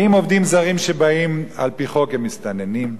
האם עובדים זרים שבאים על-פי חוק הם מסתננים?